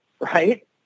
right